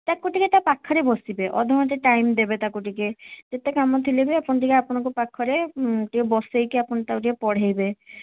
ତାକୁ ଟିକିଏ ତା'ପାଖରେ ବସିବେ ଅଧଘଣ୍ଟେ ଟାଇମ୍ ଦେବେ ତାକୁ ଟିକିଏ ଯେତେ କାମଥିଲେ ବି ଆପଣ ଟିକିଏ ଆପଣଙ୍କ ପାଖରେ ଉଁ ଟିକିଏ ବସେଇକି ଆପଣ ତାକୁ ଟିକିଏ ପଢ଼େଇବେ